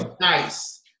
nice